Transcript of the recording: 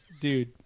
Dude